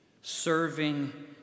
serving